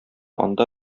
анда